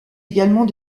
également